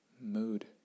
mood